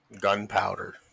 Gunpowder